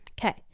Okay